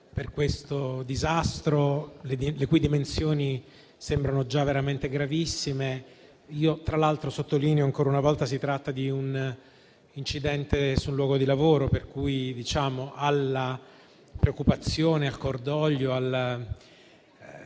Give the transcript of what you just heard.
per questo disastro, le cui dimensioni sembrano già veramente gravissime. Tra l'altro, sottolineo ancora una volta che si tratta di un incidente sul luogo di lavoro, per cui alla preoccupazione e al cordoglio